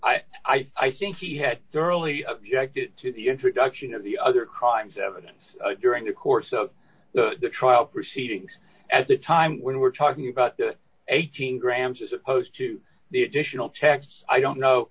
object i think he had early objected to the introduction of the other crimes evidence during the course of the trial proceedings at the time when we're talking about the eighteen grams as opposed to the additional tax i don't know